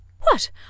What